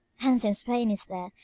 and, since pain is there,